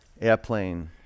Airplane